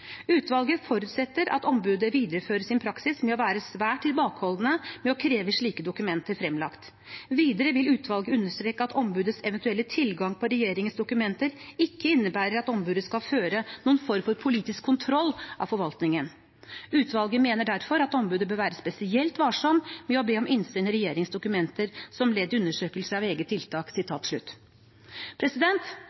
Utvalget forutsetter at ombudet viderefører sin praksis med å være svært tilbakeholdne med å kreve slike dokumenter fremlagt. Videre vil utvalget understreke at ombudets eventuelle tilgang på regjeringens dokumenter ikke innebærer at ombudet skal føre noen form for politisk kontroll av forvaltningen. Utvalget mener derfor at ombudet bør være spesielt varsom med å be om innsyn i regjeringens dokumenter som ledd i undersøkelser av eget tiltak.»